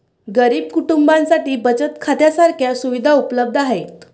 गरीब कुटुंबांसाठी बचत खात्या सारख्या सुविधा उपलब्ध आहेत